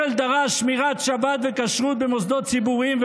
ברל דרש שמירת שבת וכשרות במוסדות ציבוריים,